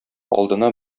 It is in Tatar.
алдына